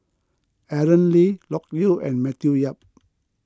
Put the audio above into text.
Aaron Lee Loke Yew and Matthew Yap